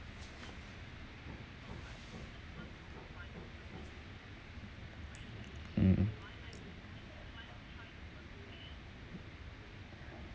mm